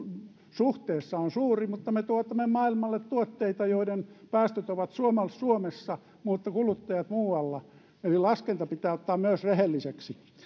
suhteessa suuri mutta me tuotamme maailmalle tuotteita joiden päästöt ovat suomessa mutta kuluttajat muualla eli laskenta pitää ottaa myös rehelliseksi